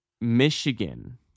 michigan